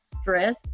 stress